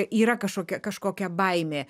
yra kažkokia kažkokia baimė